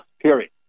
period